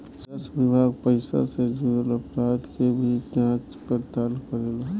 राजस्व विभाग पइसा से जुरल अपराध के भी जांच पड़ताल करेला